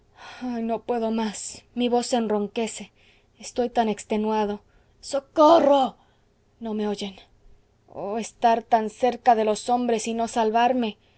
ah no puedo más mi voz enronquece estoy tan extenuado socorro no me oyen oh estar tan cerca de los hombres y no salvarme